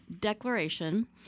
declaration